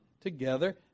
together